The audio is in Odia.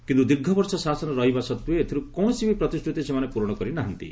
କିନ୍ତୁ ଦୀର୍ଘ ବର୍ଷ ଶାସନରେ ରହିବା ସତ୍ତ୍ୱେ ଏଥିରୁ କୌଣସି ବି ପ୍ରତିଶ୍ରତିର ସେମାନେ ପ୍ରରଣ କରି ନାହାନ୍ତି